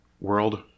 world